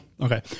okay